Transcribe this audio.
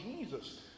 Jesus